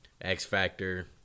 X-Factor